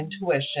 intuition